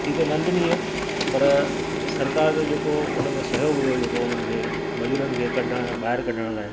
थी त नंदनिय पर सरकारि जो जेको हुन में सहयोग हुओ जेको उन्हनि खे मज़ूरनि खे कढणु ॿाहिरि कढण लाइ